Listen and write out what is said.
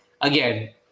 again